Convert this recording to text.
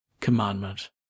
commandment